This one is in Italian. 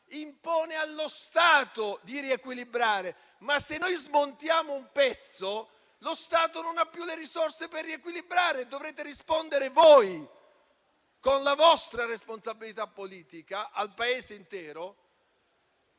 impone allo Stato di riequilibrare. Ma, se noi smontiamo un pezzo, lo Stato non ha più le risorse per riequilibrare e dovrete rispondere voi al Paese intero, con la vostra responsabilità politica, degli